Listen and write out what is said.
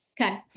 Okay